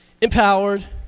empowered